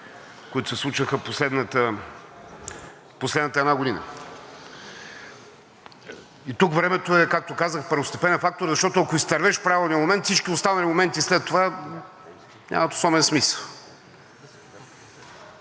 които се случваха през последната една година. И тук времето е, както казах, първостепенен фактор, защото, ако изтървеш правилния момент, всички останали моменти след това нямат особен смисъл.